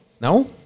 no